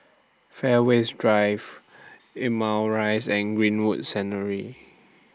Fairways Drive Limau Rise and Greenwood